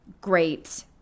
great